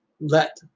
let